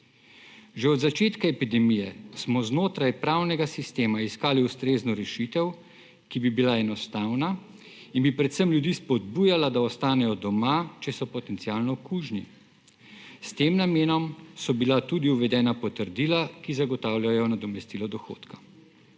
Že od začetka epidemije smo znotraj pravnega sistema iskali ustrezno rešitev, ki bi bila enostavna in bi predvsem ljudi spodbujala, da ostanejo doma, če so potencialno kužni. S tem namenom so bila tudi uvedena potrdila, ki zagotavljajo nadomestilo dohodka.